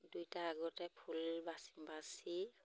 দুইটা আগতে ফুল বাচি বাচি